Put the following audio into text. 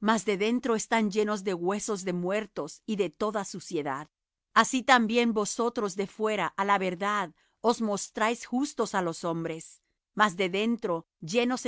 mas de dentro están llenos de huesos de muertos y de toda suciedad así también vosotros de fuera á la verdad os mostráis justos á los hombres mas de dentro llenos